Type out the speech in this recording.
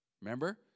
Remember